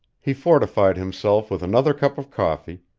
he fortified himself with another cup of coffee,